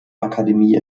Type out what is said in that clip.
akademie